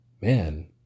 man